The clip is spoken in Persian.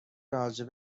راجع